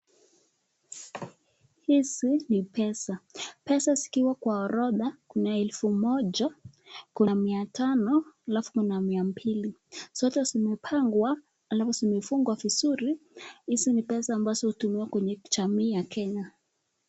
Hizi ni pesa. Pesa zikiwa kwa orodha, kuna elfu moja, kuna mia tano halafu kuna mia mbili. Zote zimepangwa halafu zimefungwa vizuri. Hizi ni pesa ambazo hutumiwa kwenye jamii ya Kenya.